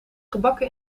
gebakken